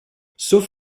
sauf